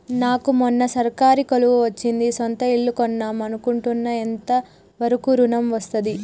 నాకు మొన్న సర్కారీ కొలువు వచ్చింది సొంత ఇల్లు కొన్దాం అనుకుంటున్నా ఎంత వరకు ఋణం వస్తది?